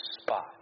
spot